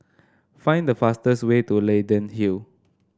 find the fastest way to Leyden Hill